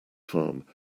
farm